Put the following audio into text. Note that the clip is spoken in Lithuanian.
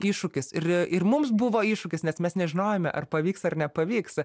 iššūkis ir ir mums buvo iššūkis nes mes nežinojome ar pavyks ar nepavyks